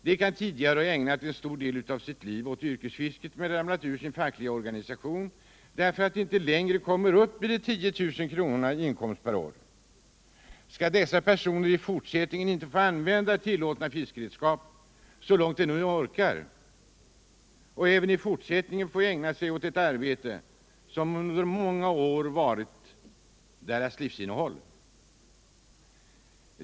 De kan tidigare ha ägnat en stor del av sitt liv åt yrkesfisket men ramlat ur sin fackliga organisation därför att de inte längre kommer upp i de 10 000 kronorna i inkomst per år. Skall dessa personer i fortsättningen inte få använda tillåtna fiskredskap så långt de nu orkar för att även i fortsättningen ägna sig åt ett arbete som under många år varit deras tivsinnehåll?